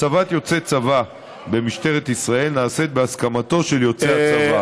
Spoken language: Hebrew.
הצבת יוצא צבא במשטרת ישראל נעשית בהסכמתו של יוצא הצבא.